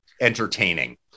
entertaining